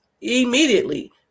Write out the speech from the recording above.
immediately